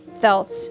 felt